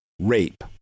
rape